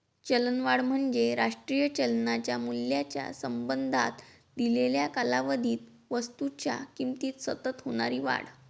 चलनवाढ म्हणजे राष्ट्रीय चलनाच्या मूल्याच्या संबंधात दिलेल्या कालावधीत वस्तूंच्या किमतीत सतत होणारी वाढ